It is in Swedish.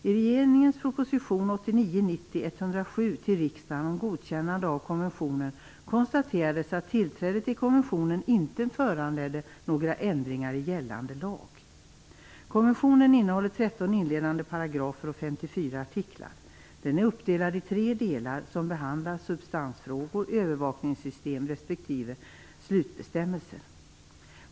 I regeringens proposition Konventionen innehåller 13 inledande paragrafer och 54 artiklar. Den är uppdelad i tre delar, som behandlar substansfrågor, övervakningssystem respektive slutbestämmelser.